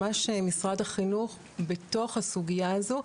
ממש משרד החינוך בתוך הסוגיה הזו,